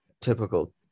Typical